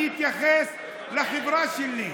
אני אתייחס לחברה שלי,